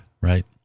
right